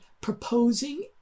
proposing